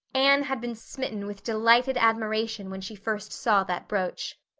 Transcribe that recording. anne had been smitten with delighted admiration when she first saw that brooch.